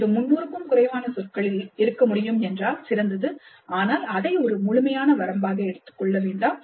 இது 300 க்கும் குறைவான சொற்களில் இருக்க முடியும் என்றால் சிறந்தது ஆனால் தயவுசெய்து அதை ஒரு முழுமையான வரம்பாக எடுத்துக் கொள்ள வேண்டாம்